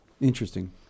Interesting